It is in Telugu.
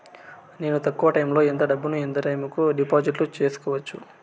నేను తక్కువ టైములో ఎంత డబ్బును ఎంత టైము కు డిపాజిట్లు సేసుకోవచ్చు?